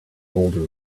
older